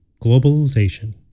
globalization